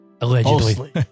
Allegedly